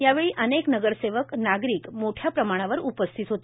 यावेळी अनेक नगरसेवक नागरीक मोठ्या प्रमाणावर उपस्थित होते